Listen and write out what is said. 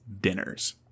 Dinners